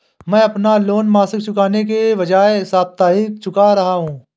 मैं अपना लोन मासिक चुकाने के बजाए साप्ताहिक चुका रहा हूँ